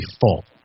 full